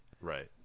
Right